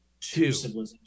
Two